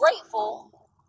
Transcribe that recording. grateful